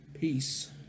Peace